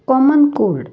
common cold